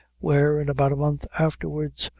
where, in about a month afterwards,